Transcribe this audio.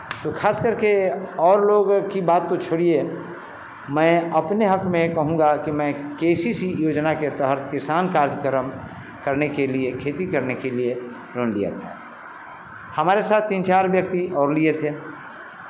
तो खास कर के और लोग की बात तो छोड़िए मैं अपने हक में कहूँगा कि मैं के सी सी योजना के तहत किसान कार्यक्रम करने के लिए खेती करने के लिए लोन लिया था हमारे साथ तीन चार व्यक्ति और लिए थे